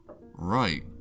right